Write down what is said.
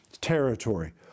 territory